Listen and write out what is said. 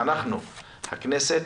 הכנסת,